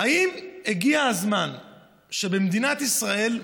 האם הגיע הזמן שבמדינת ישראל,